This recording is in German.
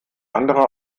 andere